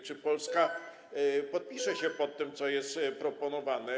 Czy Polska podpisze się pod tym, co jest proponowane?